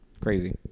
Crazy